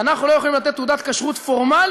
אנחנו לא יכולים לתת תעודת כשרות פורמלית,